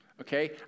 Okay